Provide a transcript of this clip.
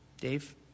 Dave